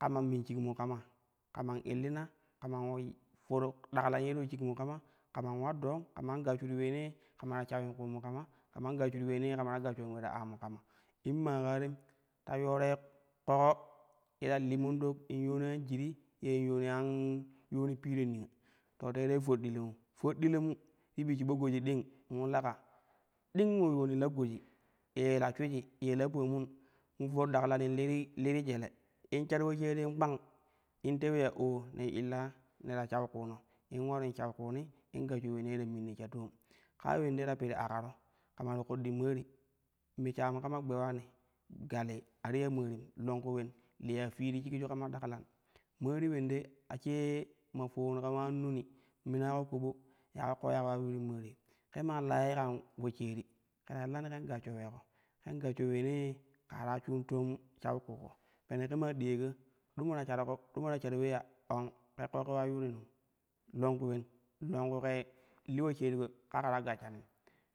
Kama min shikmu kama illina kaman ula yi for daklan ye ti shikmu kama kaman ular dong kaman gashshuru uleenee shawin kumu kama, kaman gashshuru uleenee, kama gashshen ule ta aamu kama in maa kaa tem ta yoorai ƙoƙo ye ta li mandok in yoono an jiri yen yooni yani an pirre niyo to teerei foddilomu, foddilomu ti bi shiba goji mo leka ding mo yuwani la goji ye la shuiji ye la paamuu̱ mo for daklan in liti liti jele in shar poshaarin kpang in tewi ya oo ne illa ne ta shau kuuno in ularin shau kuuni in gashsho uleenee ta minni sha toom kaa ya ulende ta piri akaro kama ti koɗɗi maari me shamu kama gbe ulani galii a ti ya maarin longku ulen liyaa fii ti shikju kama daklan maari ulende a sai ma fowon kama an noni mina ke ƙoɓo ya ke koo ya ke ula yuurin maarin, la ye kan poshaari ke ta illani ken yuuru uleeko ken gashsho uleenee ka ra shun toom shau kuuko pene ke ma diyako domo ta shar ko do mo ta shar ule ya ong ke koo ke ula yuurin longku uten, longku kei li poshariko ka ke ta gashshanin